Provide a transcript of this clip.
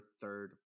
third